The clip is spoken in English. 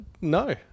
No